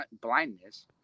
blindness